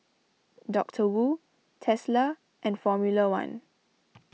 Doctor Wu Tesla and formula one